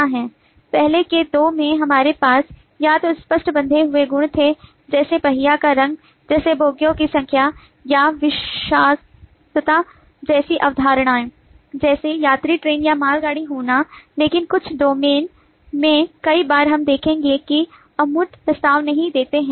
पहले के दो में हमारे पास या तो स्पष्ट बंधे हुए गुण थे जैसे पहिया का रंग जैसे बोगियों की संख्या या विषाक्तता जैसी अवधारणाएं जैसे यात्री ट्रेन या मालगाड़ी होना लेकिन कुछ डोमेन में कई बार हम देखेंगे कि अमूर्त प्रस्ताव नहीं देते हैं